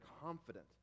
confident